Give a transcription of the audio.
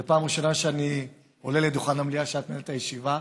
זו פעם ראשונה שאני עולה לדוכן המליאה כשאת מנהלת את הישיבה,